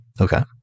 Okay